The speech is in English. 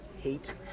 hate